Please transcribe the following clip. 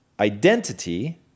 Identity